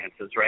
right